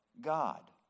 God